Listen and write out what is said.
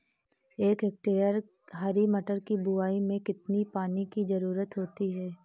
एक हेक्टेयर हरी मटर की बुवाई में कितनी पानी की ज़रुरत होती है?